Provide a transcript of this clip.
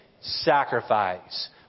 sacrifice